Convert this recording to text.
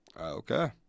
Okay